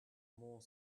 more